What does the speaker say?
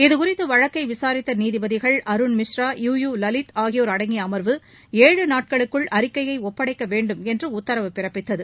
இதுகுறித்து வழக்கை விசாரித்த நீதிபதிகள் அருண் மிஸ்ரா யு யு லலித் ஆகியோர் அடங்கிய அமர்வு ஏழு நாட்களுக்குள் அறிக்கையை ஒப்படைக்க வேண்டும் என்று உத்தரவு பிறப்பித்தது